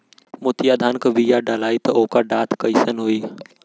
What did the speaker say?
मोतिया धान क बिया डलाईत ओकर डाठ कइसन होइ?